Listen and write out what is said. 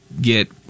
get